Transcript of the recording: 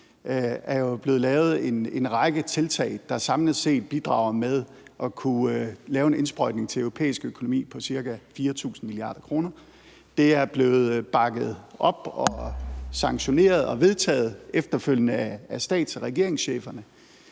er blevet lavet en række tiltag, der samlet set bidrager med at kunne lave en indsprøjtning til den europæiske økonomi på ca. 4.000 mia. kr. Det er blevet bakket op og sanktioneret og vedtaget efterfølgende af stats- og regeringscheferne.